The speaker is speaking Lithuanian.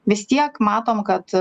vis tiek matom kad